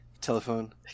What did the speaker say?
telephone